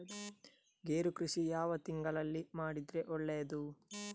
ಗೇರು ಕೃಷಿ ಯಾವ ತಿಂಗಳಲ್ಲಿ ಮಾಡಿದರೆ ಒಳ್ಳೆಯದು?